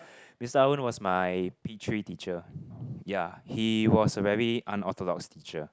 Mister Arun was my P three teacher ya he was a very unorthodox teacher